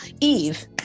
Eve